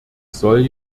soll